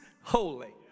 holy